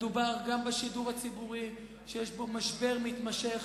מדובר גם בשידור הציבורי, שיש בו משבר מתמשך.